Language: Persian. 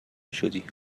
شدی